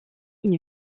une